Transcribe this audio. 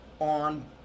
on